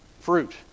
fruit